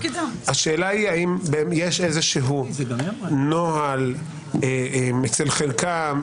השאלה אם יש איזה נוהל אצל חלקם,